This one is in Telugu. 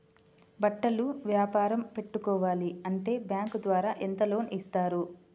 బట్టలు వ్యాపారం పెట్టుకోవాలి అంటే బ్యాంకు ద్వారా ఎంత లోన్ ఇస్తారు?